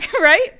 Right